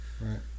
right